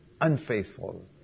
Unfaithful